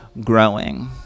growing